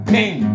Ping